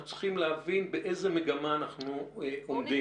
אנחנו צריכים להבין באיזו מגמה אנחנו נמצאים,